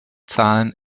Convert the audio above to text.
zahlen